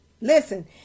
listen